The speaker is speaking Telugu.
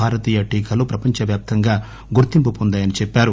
భారతీయ టీకాలు ప్రపంచ వ్యాప్తంగా గుర్తింపు పొందాయని చెప్పారు